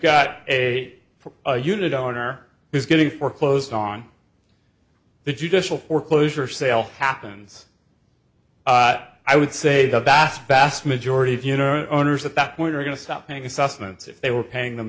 got a unit owner who's getting foreclosed on the judicial foreclosure sale happens i would say the bass vast majority funeral owners at that point are going to stop paying assessments if they were paying them